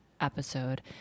episode